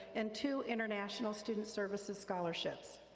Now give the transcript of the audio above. and two international student services scholarships.